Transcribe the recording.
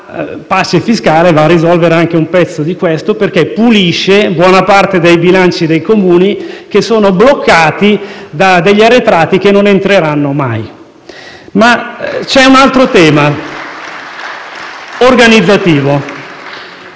pace fiscale va a risolvere anche un pezzo di questo perché pulisce buona parte dei bilanci dei Comuni che sono bloccati da arretrati che non entreranno mai. *(Applausi dai